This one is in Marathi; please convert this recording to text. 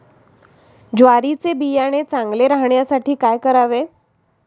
ज्वारीचे बियाणे चांगले राहण्यासाठी काय करावे?